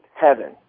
heaven